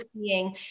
seeing